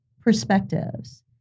perspectives